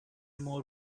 more